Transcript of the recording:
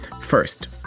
First